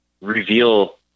reveal